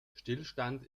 stillstand